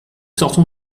sortons